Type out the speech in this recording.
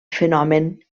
fenomen